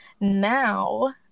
now